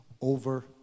Over